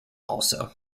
also